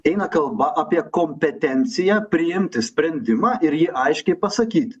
eina kalba apie kompetenciją priimti sprendimą ir jį aiškiai pasakyt